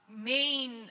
main